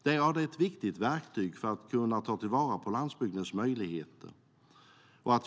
Det är ett viktigt verktyg för att kunna ta vara på landsbygdens möjligheter.